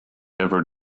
ever